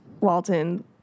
Walton